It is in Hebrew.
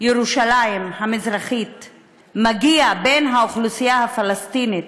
ירושלים המזרחית מגיע, בין האוכלוסייה הפלסטינית,